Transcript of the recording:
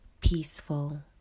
peaceful